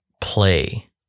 play